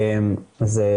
תורך.